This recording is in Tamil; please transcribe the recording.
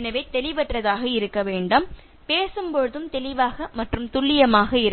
எனவே தெளிவற்றதாக இருக்க வேண்டாம் பேசும்பொழுதும் தெளிவாக மற்றும் துல்லியமாக இருங்கள்